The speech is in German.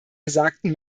gesagten